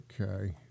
Okay